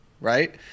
Right